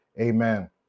Amen